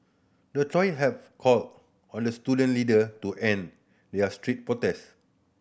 the trio have called on the student leader to end their street protest